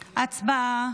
הצבעה.